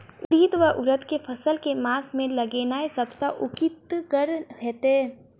उड़ीद वा उड़द केँ फसल केँ मास मे लगेनाय सब सऽ उकीतगर हेतै?